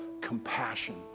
compassion